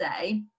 say